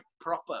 proper